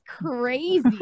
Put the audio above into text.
crazy